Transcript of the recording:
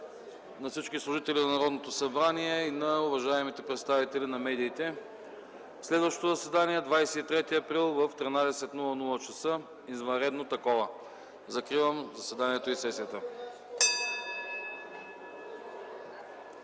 на всички служители на Народното събрание и на уважаемите представители на медиите! Следващото заседание е на 23 април в 13,00 ч. – извънредно. Закривам заседанието и сесията.